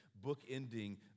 bookending